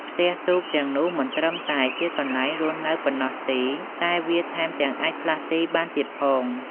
ផ្ទះទូកទាំងនោះមិនត្រឹមតែជាកន្លែងរស់នៅប៉ុណ្ណោះទេ តែវាថែមទាំងអាចផ្លាស់ទីបានទៀតផង។